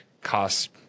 cost